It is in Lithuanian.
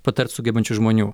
patart sugebančių žmonių